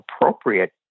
appropriate